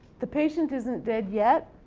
the patient isn't dead yet,